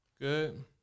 Good